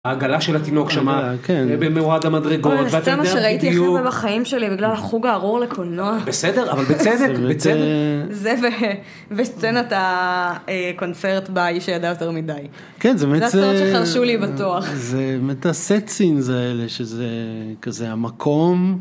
העגלה של התינוק שמה כן, במורד המדרגות. ואתה יודע בדיוק, אוי הסצנה שראיתי כי הרבה בחיים שלי בגלל החוג הארור לקולנוע, בסדר אבל בצדק, בצדק. זה וסצנת הקונצרט בהאיש שידע יותר מדי. כן זה באמת, זה הסרט שחרשו לי בתואר. זה באמת הסט סינז האלה שזה כזה המקום.